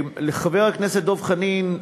לחבר הכנסת דב חנין,